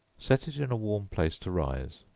set it in a warm place to rise,